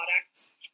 products